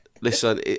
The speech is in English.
listen